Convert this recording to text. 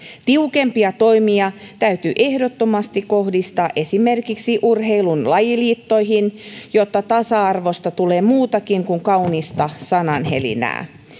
tiukempia toimia täytyy ehdottomasti kohdistaa esimerkiksi urheilun lajiliittoihin jotta tasa arvosta tulee muutakin kuin kaunista sanahelinää